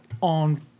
on